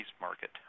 market